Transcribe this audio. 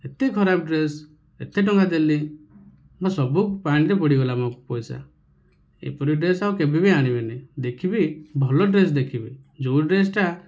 ଏତେ ଖରାପ ଡ୍ରେସ ଏତେ ଟଙ୍କା ଦେଲି ହେଲେ ସବୁ ପାଣିରେ ପଡିଗଲା ମୋ ପଇସା ଏପରି ଡ୍ରେସ ଆଉ କେବେ ବି ଆଣିବି ନାହିଁ ଦେଖିବି ଭଲ ଡ୍ରେସ ଦେଖିବି ଯେଉଁ ଡ୍ରେସଟା